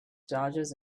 dodges